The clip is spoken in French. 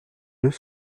deux